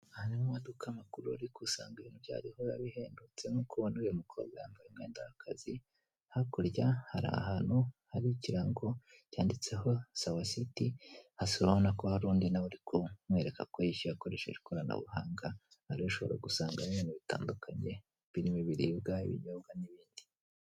Aha ni mu maduka makuru ariko usanga ibintu byaho ariho biba bihendutse mo ukuntu. Uyu mukobwa yambaye umwenda w'akazi, hakurya hari ahantu hari ikirango cyanditseho "Sawa siti", hasi urabona ko hari undi nawe uri kumwereka ko yishyuye akoresheje ikoranabuhanga, hariya ushobora gusangamo ibintu bitandukanye birimo ibiribwa, ibinyobwa, n'ibindi.